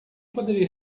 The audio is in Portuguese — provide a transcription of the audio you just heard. poderia